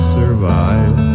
survive